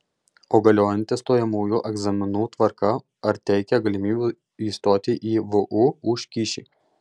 o galiojanti stojamųjų egzaminų tvarka ar teikia galimybių įstoti į vu už kyšį